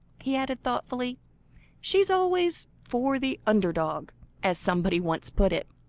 he added thoughtfully she's always for the under dog as somebody once put it.